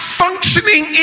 functioning